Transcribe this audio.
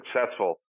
successful